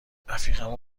رفیقمو